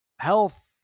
health